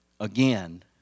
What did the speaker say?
again